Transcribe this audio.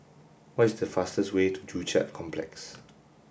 what is the fastest way to Joo Chiat Complex